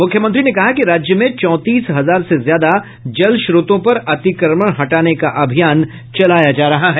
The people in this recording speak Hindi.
मुख्यमंत्री ने कहा कि राज्य में चौंतीस हजार से ज्यादा जल स्रोतों पर अतिक्रमण हटाने का अभियान चलाया जा रहा है